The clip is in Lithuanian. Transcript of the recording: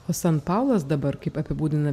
o san paulas dabar kaip apibūdina